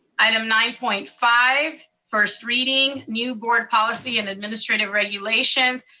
item nine point five, first reading. new board policy and administrative regulations.